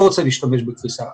אני לא רוצה להשתמש במילה קריסה,